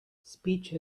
speech